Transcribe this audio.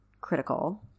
critical